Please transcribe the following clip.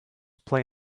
play